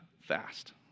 fast